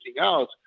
else